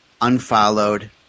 unfollowed